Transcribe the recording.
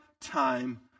time